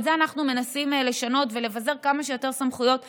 את זה אנחנו מנסים לשנות ולבזר כמה שיותר סמכויות לשטח,